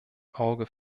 auge